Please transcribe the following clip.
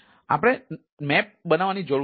તેથી આપણે નકશો બનાવવાની જરૂર છે